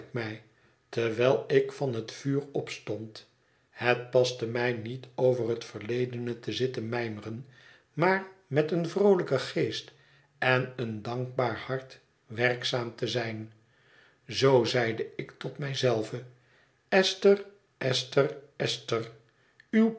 terwijl ik van het vuur opstond het paste mij niet over het verledene te zitten mijmeren maar met een vroolijken geest en een dankbaar hart werkzaam te zijn zoo zeide ik tot mij zelve esther esther esther